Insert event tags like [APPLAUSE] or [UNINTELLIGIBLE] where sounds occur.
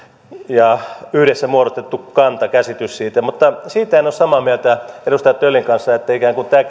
ja yhdessä muodostettu kanta käsitys mutta siitä en ole samaa mieltä edustaja töllin kanssa että ikään kuin tämä [UNINTELLIGIBLE]